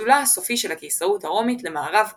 ופיצולה הסופי של הקיסרות הרומית למערב ומזרח.